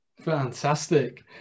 fantastic